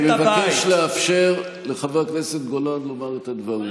אני מבקש לאפשר לחבר הכנסת גולן לומר את הדברים.